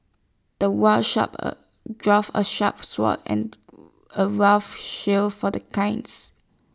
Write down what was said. the war sharp A dwarf A sharp sword and A rough shield for the kinds